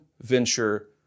venture